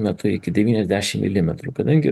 metu iki devyniasdešimt milimetrų kadangi